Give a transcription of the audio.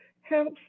helps